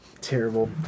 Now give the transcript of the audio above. Terrible